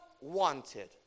wanted